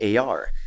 AR